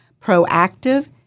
proactive